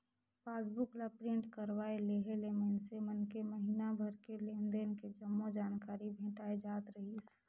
passbook ला print करवाये लेहे ले मइनसे मन के महिना भर के लेन देन के जम्मो जानकारी भेटाय जात रहीस